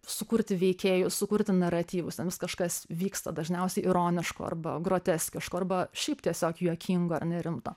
sukurti veikėjus sukurti naratyvus ten vis kas nors vyksta dažniausiai ironiško arba groteskiško arba šiaip tiesiog juokingo ar nerimto